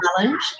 Challenge